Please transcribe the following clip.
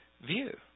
view